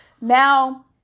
Now